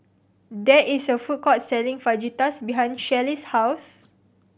there is a food court selling Fajitas behind Shelly's house